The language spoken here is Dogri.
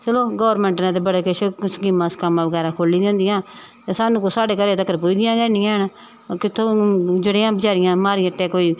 चलो गौरमैंट न ते बड़ी किश स्कीमां स्कामां बगैरा खोह्ली दियां होंदियां ते सानूं कोई साढ़े घरै तक पुजदियां गै निं हैन जेह्ड़ियां कोई मारी हट्टै कोई